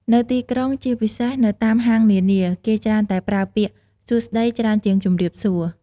នៅទីក្រុង ជាពិសេស នៅតាមហាងនានា គេច្រើនតែប្រើពាក្យ “សួស្តី” ច្រើនជាង “ជំរាបសួរ”។